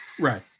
Right